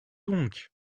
donc